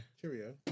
Cheerio